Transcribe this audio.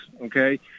okay